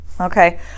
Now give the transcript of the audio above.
Okay